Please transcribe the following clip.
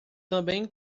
também